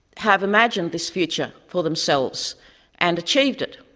have imagined this future for themselves and achieved it.